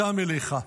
גם אליך.